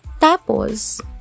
tapos